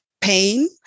pain